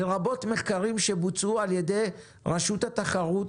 לרבות מחקרים שבוצעו על ידי רשות התחרות